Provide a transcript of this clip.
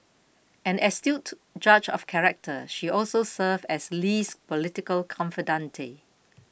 an astute judge of character she also served as Lee's political confidante